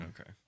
Okay